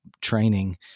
training